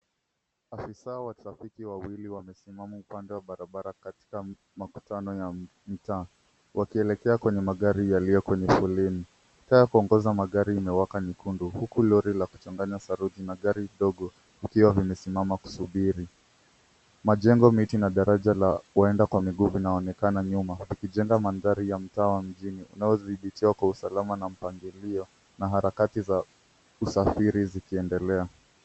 Afisa wa trafiki wawili wamesimama upande wa barabara katika makutano ya mtaa, wakielekea kwenye magari yaliyo kwenye foleni. Taa ya kuongoza magari imewaka nyekundu huku lori la kuchanganya saruji na gari dogo vikiwa vimesimama kusubiri. Majengo, miti na daraja la waenda kwa miguu vinaonekana nyuma, vikijenga mandhari ya mtaa wa mjini unaodhibitiwa kwa usalama na mpangilio na harakati za usafiri zikiendelea.